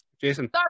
Jason